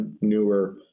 newer